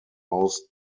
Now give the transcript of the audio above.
most